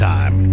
Time